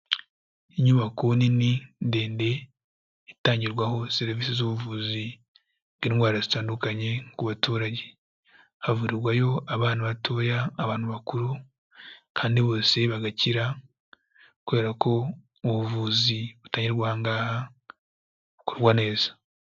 Inyubako nini ndende, itangirwaho serivisi z'ubuvuzi bw'indwara zitandukanye, ku baturage. Havurirwayo abana batoya, abantu bakuru, kandi bose bagakira, kubera ko ubuvuzi butangirwa aha ngaha, bukorwa neza.